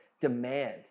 demand